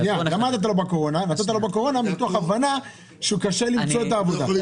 נתת לו בקורונה מתוך הבנה שקשה למצוא עבודה,